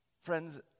Friends